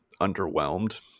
underwhelmed